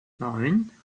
neun